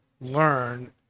learn